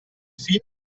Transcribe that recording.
fin